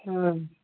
ꯑꯪ